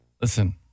Listen